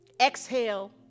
exhale